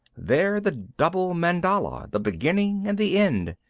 they're the double mandala, the beginning and the end,